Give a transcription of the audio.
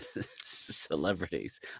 celebrities